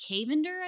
Cavender